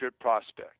prospect